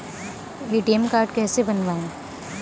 ATM card कैसे बनवाएँ?